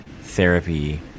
therapy